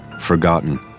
forgotten